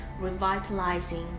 revitalizing